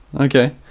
Okay